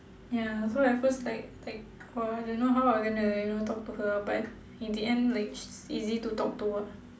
ya so at first like like !wow! I don't know how I'm gonna you know talk to her but in the end like she's easy to talk to ah